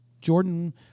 Jordan